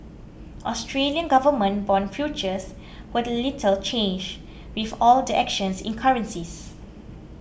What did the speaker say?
Australian government bond futures were little changed with all the actions in currencies